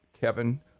Kevin